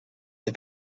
the